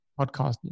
podcast